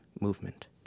movement